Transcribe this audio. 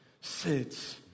sits